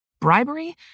Bribery